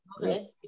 Okay